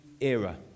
era